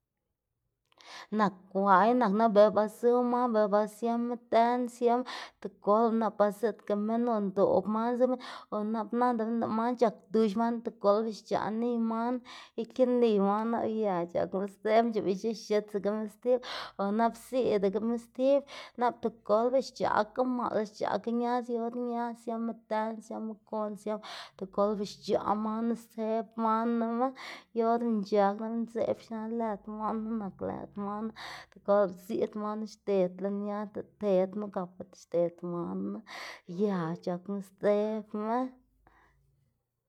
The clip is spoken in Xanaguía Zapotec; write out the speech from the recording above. Nak gway nak nap bela ba zu man bela ba siama dën siama tigolpa nap ba ziꞌdga minn o ndoꞌb man zuma o nandama lëꞌ man c̲h̲ak dux man tigolba xc̲h̲aꞌ niy man ikeniy manma ya c̲h̲akna sdzeꞌb xiobic̲h̲ex̱itsagama stib o nap ziꞌdagama stib nap tigolba xc̲h̲aꞌka maꞌl xc̲h̲aꞌka ñaz yu or naz siama dën, siama gon siama tigolba xc̲h̲aꞌ manu stseb manuma yo mc̲h̲ag na ndzeꞌb xna lëd man knu nak lëd man tigolba ziꞌd manu xded lën ñaz diꞌt tedma gapa xded manu ya c̲h̲akma sdzebma.